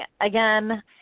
Again